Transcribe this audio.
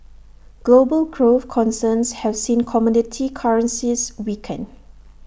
global growth concerns have seen commodity currencies weaken